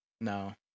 No